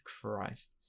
Christ